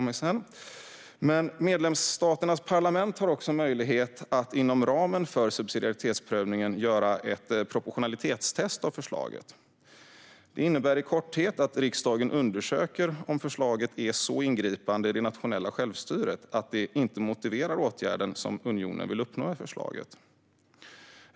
Medlemsstaternas parlament har också möjlighet att inom ramen för subsidiaritetsprövningen göra ett proportionalitetstest av förslaget. Det innebär i korthet att riksdagen undersöker om förslaget är så ingripande i det nationella självstyret att det inte motiverar den åtgärd som unionen vill uppnå med förslaget.